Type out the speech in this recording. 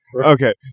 Okay